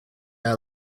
are